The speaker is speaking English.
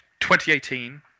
2018